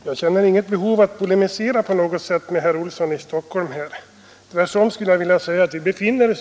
Vad menar vi med ett principbeslut i detta ärende?